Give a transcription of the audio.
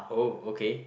oh okay